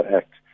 act